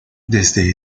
desde